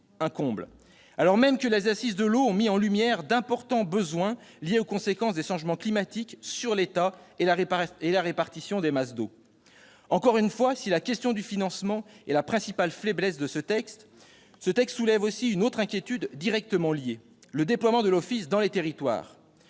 un comble, alors même que les Assises de l'eau ont mis en lumière d'importants besoins liés aux conséquences des changements climatiques sur l'état et la répartition des masses d'eau ! Encore une fois, si la question du financement est la principale faiblesse de ce texte, celui-ci fait naître une autre inquiétude, qui lui est directement liée : le déploiement de l'office dans les territoires.